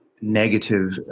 negative